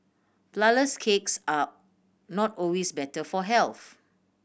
flourless cakes are not always better for health